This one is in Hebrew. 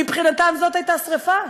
מבחינתם זאת הייתה שרפה.